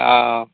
অঁ অঁ